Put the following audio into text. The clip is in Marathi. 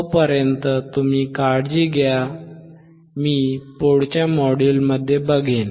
तोपर्यंत तुम्ही काळजी घ्या मी पुढच्या मॉड्यूलमध्ये बघेन